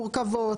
מורכבות,